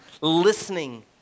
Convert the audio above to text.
listening